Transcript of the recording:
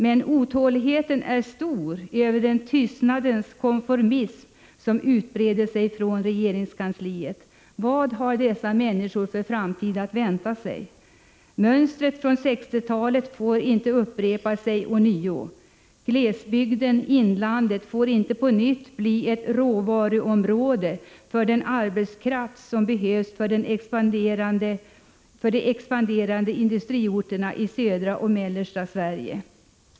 Men otåligheten är stor över den tystnadens konformism som utbreder sig inom regeringskansliet. Vilken framtid har dessa människor att vänta sig? Mönstret från 1960-talet Prot. 1985/86:103 får inte upprepa sig. Glesbygden och inlandet får inte på nytt bli ett 1 april 1986 råvaruområde som skall förse de expanderande industriorterna i södra och mellersta Sverige med arbetskraft.